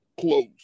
close